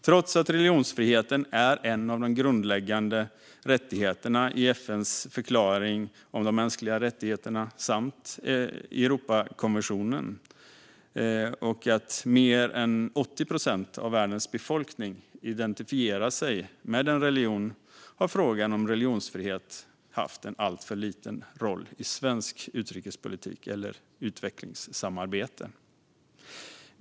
Trots att religionsfrihet är en av de grundläggande rättigheterna i FN:s förklaring om de mänskliga rättigheterna samt i Europakonventionen och trots att mer än 80 procent av världens befolkning identifierar sig med en religion har frågan om religionsfrihet haft en alltför liten roll i svensk utrikespolitik eller utvecklingssamarbete.